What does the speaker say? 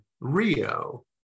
Rio